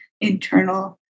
internal